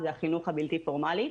זה החינוך הבלתי פורמלי.